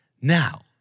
Now